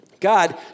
God